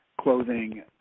clothing